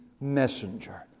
messenger